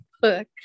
book